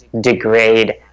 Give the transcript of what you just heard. degrade